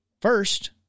First